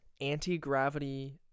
Anti-gravity